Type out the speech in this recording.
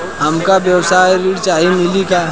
हमका व्यवसाय ऋण चाही मिली का?